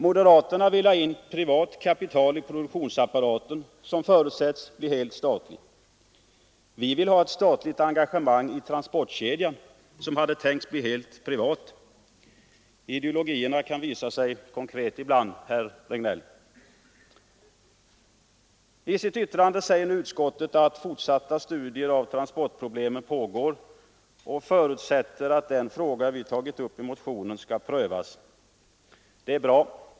Moderaterna vill ha in privat kapital i produktionsapparaten, som förutsätts bli helt statlig. Vi vill ha ett statligt engagemang i transportkedjan, som hade tänkts bli helt privat. Ideologierna kan visa sig konkret ibland, herr Regnéll. I sitt yttrande säger nu utskottet att fortsatta studier av transportproblemen pågår och förutsätter att den fråga vi tagit upp i motionen skall prövas. Det är bra.